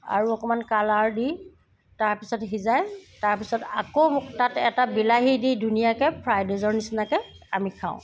আৰু অকণমান কালাৰ দি তাৰপিছত সিজাই তাৰপিছত আকৌ তাত এটা বিলাহী দি ধুনীয়াকৈ ফ্ৰাইড ৰাইচৰ নিচিনাকৈ আমি খাওঁ